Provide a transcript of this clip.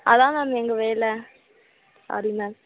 அதான் மேம் எங்கள் வேலை சாரி மேம்